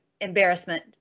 embarrassment